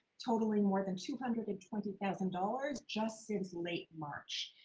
totaling more than two hundred and twenty thousand dollars just since late march.